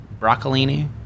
broccolini